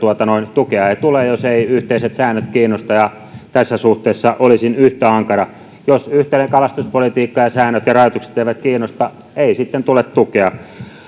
tukea ei tule jos eivät yhteiset säännöt kiinnosta ja tässä suhteessa olisin yhtä ankara jos yhteinen kalastuspolitiikka ja säännöt ja rajoitukset eivät kiinnosta ei sitten tule tukea